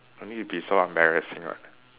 I mean it would be so embarrassing [what]